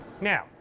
now